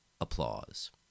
Applause